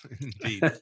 indeed